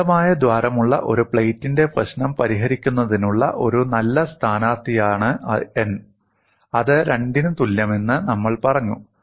അനന്തമായ ദ്വാരമുള്ള ഒരു പ്ലേറ്റിന്റെ പ്രശ്നം പരിഹരിക്കുന്നതിനുള്ള ഒരു നല്ല സ്ഥാനാർത്ഥിയാണ് n അത് 2 ന് തുല്യമെന്ന് നമ്മൾ പറഞ്ഞു